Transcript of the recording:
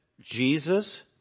Jesus